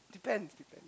depends